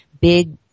big